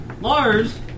Lars